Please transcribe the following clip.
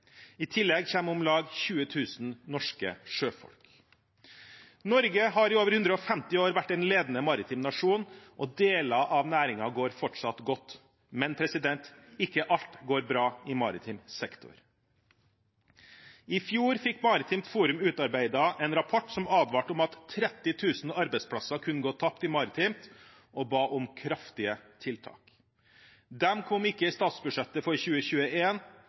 I tillegg kommer om lag 20 000 norske sjøfolk. Norge har i over 150 år vært en ledende maritim nasjon og deler av næringen går fortsatt godt. Men ikke alt går bra i maritim sektor. I fjor fikk Maritimt Forum utarbeidet en rapport som advarte om at 30 000 arbeidsplasser kunne gå tapt i maritimt og ba om kraftige tiltak. De kom ikke i statsbudsjettet for